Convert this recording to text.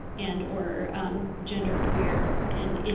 and or gender queer, and in.